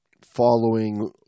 following